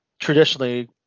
Traditionally